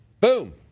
Boom